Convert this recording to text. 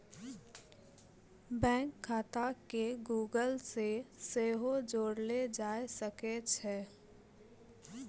bank खाता के Google से सेहो जोड़लो जाय सकै छै